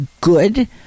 good